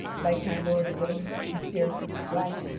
like my lord yvain in fear for his life,